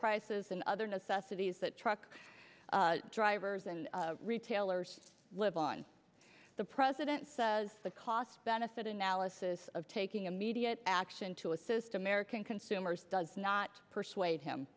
prices and other necessities that truck drivers and retailers live on the president says the cost benefit analysis of taking immediate action to assist american consumers does not persuade him